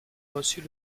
reçut